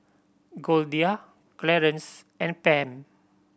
Goldia Clarence and Pam